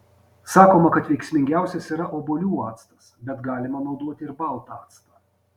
sakoma kad veiksmingiausias yra obuolių actas bet galima naudoti ir baltą actą